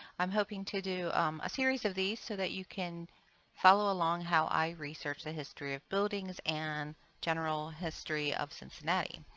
i'm hoping to do a series of these so that you can follow along how i research history of buildings and general history of cincinnati.